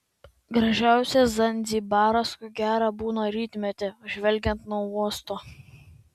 gražiausias zanzibaras ko gero būna rytmetį žvelgiant nuo uosto